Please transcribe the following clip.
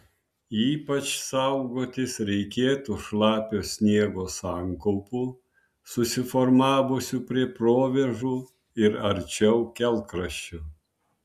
ypač saugotis reikėtų šlapio sniego sankaupų susiformavusių prie provėžų ir arčiau kelkraščių